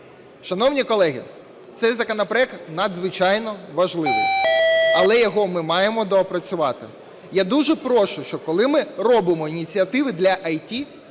Шановні колеги, цей законопроект надзвичайно важливий, але його ми маємо доопрацювати. Я дуже прошу, щоб коли ми робимо ініціативи для ІТ,